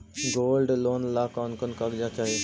Gold loan ला कौन कौन कागजात चाही?